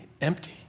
empty